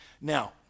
Now